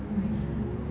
right